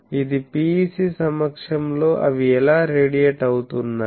ఇది PEC సమక్షంలో అవి ఎలా రేడియేట్ అవుతున్నాయి